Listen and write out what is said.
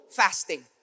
fasting